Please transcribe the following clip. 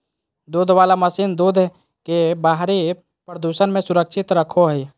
दूध वला मशीन दूध के बाहरी प्रदूषण से सुरक्षित रखो हइ